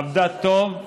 עבדה טוב,